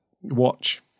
watch